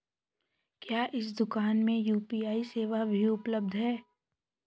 क्या इस दूकान में यू.पी.आई सेवा भी उपलब्ध है?